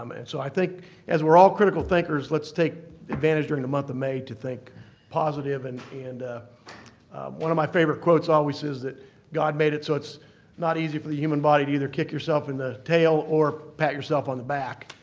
um and so i think as we're all critical thinkers, let's take advantage during the month of may to think positive. and and one of my favorite quotes always is that god made it so it's not easy for the human body to either kick yourself in the tail or pat yourself on the back.